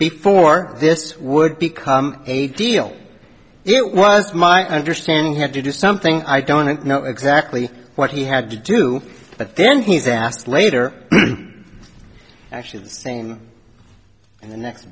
before this would become a deal it was my understanding he had to do something i don't know exactly what he had to do but then he's asked later actually the same in the next